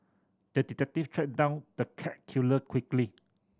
the detective tracked down the cat killer quickly